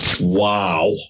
Wow